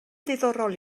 ddiddorol